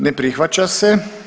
Ne prihvaća se.